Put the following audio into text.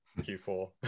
Q4